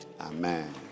Amen